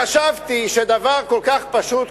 חשבתי שדבר כל כך פשוט,